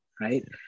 right